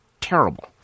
terrible